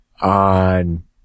on